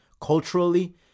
culturally